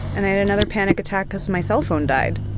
and i had another panic attack because my cell phone died.